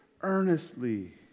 earnestly